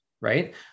right